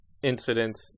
Incident